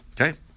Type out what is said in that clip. Okay